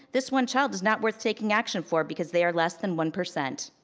this one child is not worth taking action for because they are less than one percent.